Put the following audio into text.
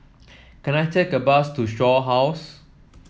can I take a bus to Shaw House